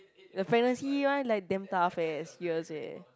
the fantasy one like damn tough eh serious eh